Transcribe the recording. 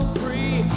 free